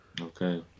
Okay